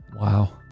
Wow